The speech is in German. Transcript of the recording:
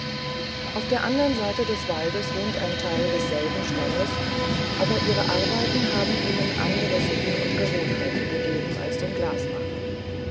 auf der andern seite des waldes wohnt ein teil desselben stammes aber ihre arbeiten haben ihnen andere sitten und gewohnheiten gegeben als den